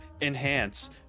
enhance